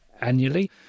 annually